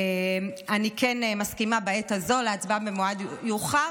אני כן מסכימה בעת הזו להצבעה במועד מאוחר